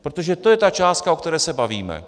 Protože to je ta částka, o které se bavíme.